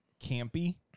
campy